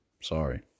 Sorry